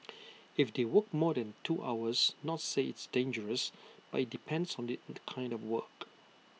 if they work more than two hours not say it's dangerous but IT depends on the kind of work